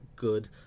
good